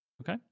Okay